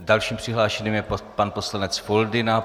Dalším přihlášeným je pan poslanec Foldyna.